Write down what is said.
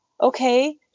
Okay